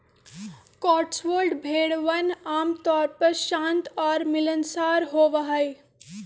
Cotswold भेड़वन आमतौर पर शांत और मिलनसार होबा हई